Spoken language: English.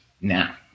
now